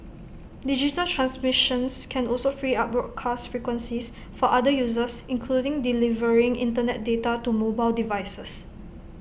digital transmissions can also free up broadcast frequencies for other uses including delivering Internet data to mobile devices